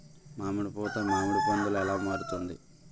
మామిడి పూత మామిడి పందుల ఎలా మారుతుంది?